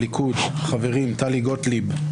הליכוד חברים - טלי גוטליב,